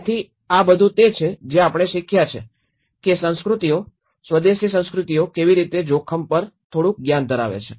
તેથી આ બધું છે આપણે શીખ્યા છે કે સંસ્કૃતિઓ સ્વદેશી સંસ્કૃતિઓ કેવી રીતે જોખમ પર થોડું જ્ઞાન ધરાવે છે